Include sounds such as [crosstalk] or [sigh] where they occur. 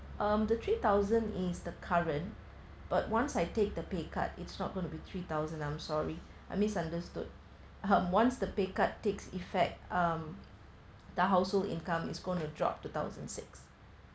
um the three thousand is the current but once I take the pay cut its not going to be three thousand I'm sorry I misunderstood [laughs] uh once the pay cut takes effect um the household income is going to drop two thousand six